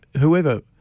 whoever